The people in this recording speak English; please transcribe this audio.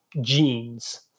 genes